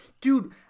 Dude